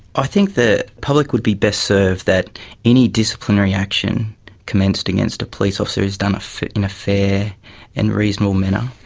i think the public would be best served that any disciplinary action commenced against a police officer is done in a fair and reasonable manner.